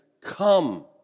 Come